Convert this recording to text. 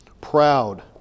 Proud